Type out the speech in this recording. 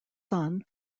son